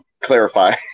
clarify